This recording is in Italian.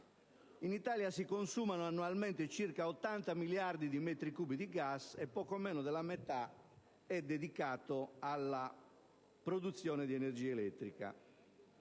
in Italia si consumano annualmente circa 80 miliardi di metri cubi di gas, e poco meno della metà è dedicato alla produzione di energia elettrica.